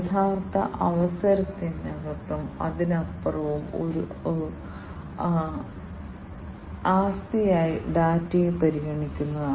കൂടാതെ ആപ്ലിക്കേഷനുകൾ നിയന്ത്രിക്കാനും UPM സഹായിക്കുന്നു